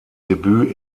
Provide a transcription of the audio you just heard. debüt